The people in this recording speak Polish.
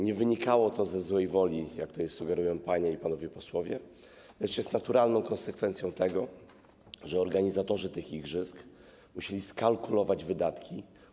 Nie wynikało to ze złej woli, jak tutaj sugerują panie i panowie posłowie, lecz jest to naturalną konsekwencją tego, że organizatorzy tych igrzysk musieli skalkulować wydatki.